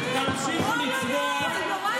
תמשיכו לצווח,